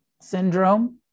syndrome